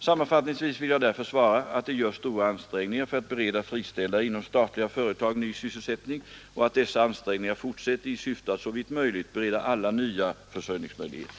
Sammanfattningsvis vill jag därför svara att det görs stora ansträngningar för att bereda friställda inom statliga företag ny sysselsättning och att dessa ansträngningar fortsätter i syfte att såvitt möjligt bereda alla nya försörjnin gsmöjligheter.